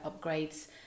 upgrades